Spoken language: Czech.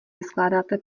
vyskládáte